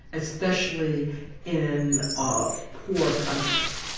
especially in ah poor countries.